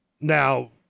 Now